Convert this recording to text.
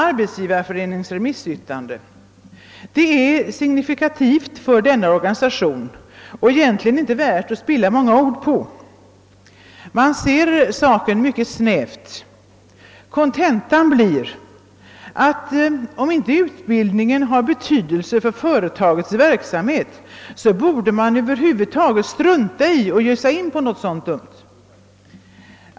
Arbetsgivareföreningens yttrande är signifikativt för denna organisation och egentligen inte värt att spilla många ord på. Man ser saken mycket snävt. Kontentan blir att om inte utbildningen har betydelse för företagets verksamhet, borde man över huvud taget strunta i att ge sig in på något sådant.